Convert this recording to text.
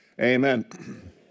amen